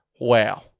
wow